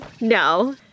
no